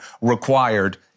required